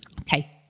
Okay